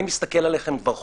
אני מסתכל עליכם כבר חודשים.